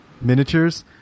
miniatures